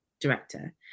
director